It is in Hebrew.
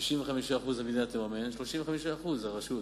65% המדינה תממן, 35% הרשות.